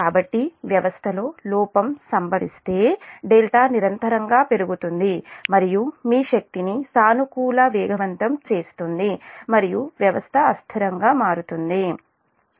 కాబట్టి వ్యవస్థలో లోపం సంభవిస్తే δ నిరంతరం గా పెరుగుతుంది మరియు మీ శక్తిని సానుకూల వేగవంతం చేస్తుంది మరియు వ్యవస్థ అస్థిరంగా మారుతుంది